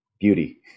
beauty